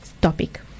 topic